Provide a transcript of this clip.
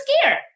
scared